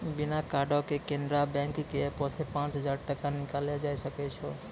बिना कार्डो के केनरा बैंक के एपो से पांच हजार टका निकाललो जाय सकै छै